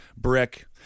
brick